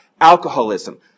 Alcoholism